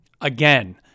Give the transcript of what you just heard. Again